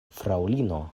fraŭlino